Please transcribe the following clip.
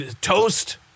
Toast